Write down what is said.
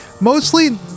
Mostly